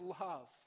love